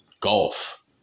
golf